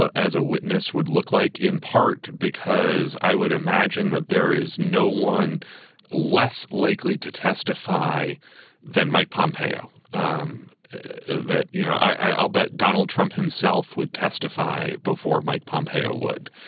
ah as a witness would look like, in part because i would imagine that there is no one less likely to testify than mike pompeo um that, you know, i'll bet donald trump himself would testify before mike pompeo would.